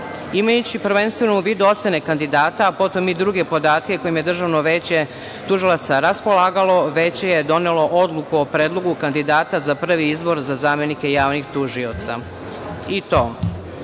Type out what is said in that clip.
rade. Imajući prvenstveno u vidu ocene kandidata, a potom i druge podatke kojima je Državno veće tužilaca raspolagalo, Veće je donelo Odluku o predlogu kandidata za prvi izbor za zamenike javnih tužioca i to